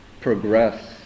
progress